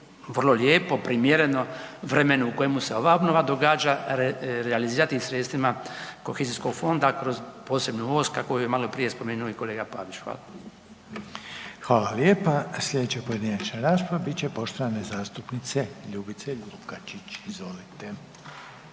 vrlo lijepo, primjereno vremenu u kojemu se ova obnova događa, realizirati sredstvima Kohezijskog fonda kroz posebnu … kako je maloprije spomenuo i kolega Pavić. Hvala. **Reiner, Željko (HDZ)** Hvala lijepa. Sljedeća pojedinačna rasprava biti će poštovane zastupnice Ljubice Lukačić. Izvolite.